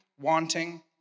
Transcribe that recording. wanting